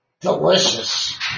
delicious